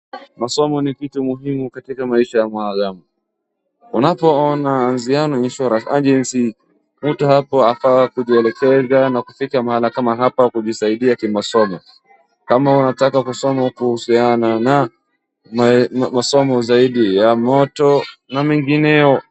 Masomo ni kitu muhimu katika maisha ya mwanadamu, unapoona Anziano Insurance Agency mtu anafaa kuja kujielekeza na kufika mahali kama hapa ili kujisaidia kimasomo, kama unataka kusoma kuhusiana na masomo zaidi ya moto na mengineyo.